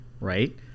right